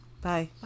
Bye